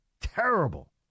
Terrible